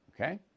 okay